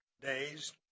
days